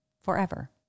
forever